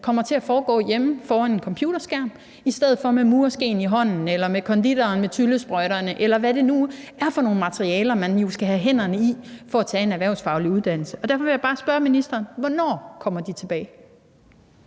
kommer til at foregå hjemme foran en computerskærm i stedet for med mureskeen – eller for konditorens vedkommende tyllesprøjten – i hånden, eller hvad det nu er for nogle materialer, man skal have hænderne i for at tage en erhvervsfaglig uddannelse. Derfor vil jeg bare spørge ministeren: Hvornår kan de komme tilbage?